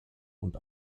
und